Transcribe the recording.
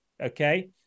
okay